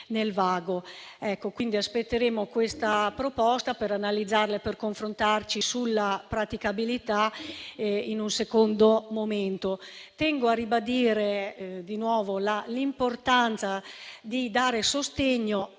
nel vago. Aspetteremo questa proposta per analizzarla e confrontarci sulla sua praticabilità in un secondo momento. Tengo a ribadire di nuovo l'importanza di dare sostegno